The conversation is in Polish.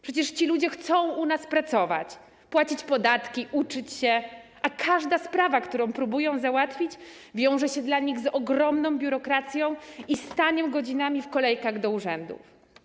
Przecież ci ludzie chcą u nas pracować, płacić podatki, uczyć się, a każda sprawa, którą próbują załatwić, wiąże się dla nich z ogromną biurokracją i staniem godzinami w kolejkach do urzędów.